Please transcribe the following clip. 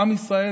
עם ישראל,